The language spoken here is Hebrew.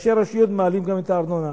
שראשי רשויות מעלים גם את הארנונה.